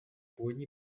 původní